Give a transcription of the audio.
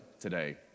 today